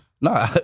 No